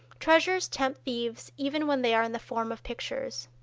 treasures tempt thieves even when they are in the form of pictures.